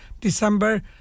December